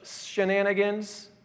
shenanigans